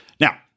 Now